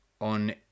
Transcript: on